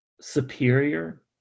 superior